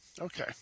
okay